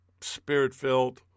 spirit-filled